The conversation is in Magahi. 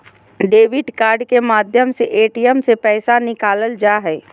डेबिट कार्ड के माध्यम से ए.टी.एम से पैसा निकालल जा हय